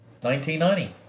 1990